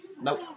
Nope